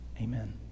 amen